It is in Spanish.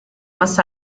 más